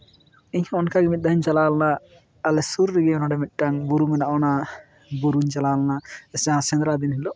ᱤᱧ ᱦᱚᱸ ᱚᱱᱠᱟ ᱜᱮ ᱢᱤᱫ ᱫᱷᱟᱣᱤᱧ ᱪᱟᱞᱟᱣ ᱞᱮᱱᱟ ᱟᱞᱮ ᱥᱩᱨ ᱨᱮᱜᱮ ᱱᱚᱰᱮ ᱢᱤᱫᱴᱟᱝ ᱵᱩᱨᱩ ᱢᱮᱱᱟᱜᱼᱟ ᱚᱱᱟ ᱵᱩᱨᱩᱧ ᱪᱟᱞᱟᱣ ᱞᱮᱱᱟ ᱡᱟᱦᱟᱸ ᱥᱮᱸᱫᱽᱨᱟ ᱫᱤᱱ ᱦᱤᱞᱳᱜ